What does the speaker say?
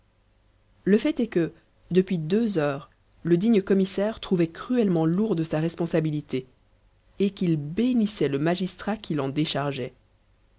le fait est que depuis deux heures le digne commissaire trouvait cruellement lourde sa responsabilité et qu'il bénissait le magistrat qui l'en déchargeait